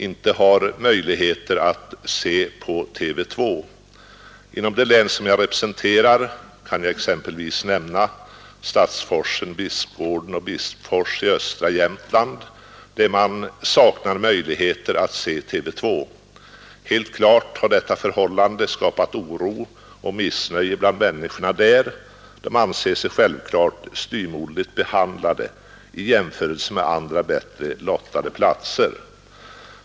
Inom det län som jag representerar kan jag som exempel nämna att man i Stadsforsen, Bispgården och Bispfors i östra Jämtland saknar möjligheter att se på TV 2. Helt naturligt har detta förhållande skapat missnöje bland människorna där — de anser sig självfallet styvmoderligt behandlade i jämförelse med dem som är bosatta på andra, bättre lottade platser.